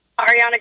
Ariana